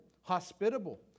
hospitable